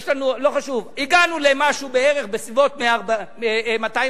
לא חשוב, הגענו לסביבות 240 עובדים.